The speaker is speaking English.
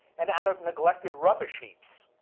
and out of neglected rubbish heaps.